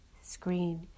screen